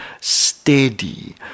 steady